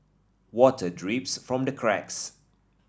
water drips from the cracks